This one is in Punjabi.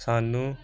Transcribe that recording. ਸਾਨੂੰ